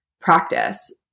practice